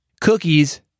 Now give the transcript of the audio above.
Cookies